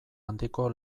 handiko